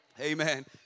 Amen